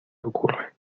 ocurre